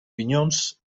pinyons